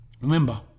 remember